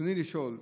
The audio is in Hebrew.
ברצוני לשאול: